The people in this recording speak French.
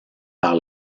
par